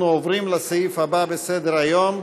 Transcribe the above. אנחנו עוברים לסעיף הבא בסדר-היום: